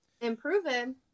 Improving